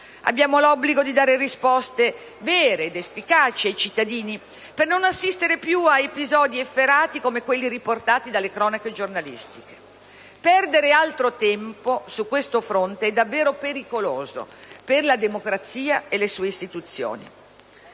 Abbiamo l'obbligo di dare risposte vere ed efficaci ai cittadini, per non assistere più a episodi efferati come quelli riportati dalle cronache giornalistiche. Perdere altro tempo su questo fronte è davvero pericoloso per la democrazia e le sue istituzioni.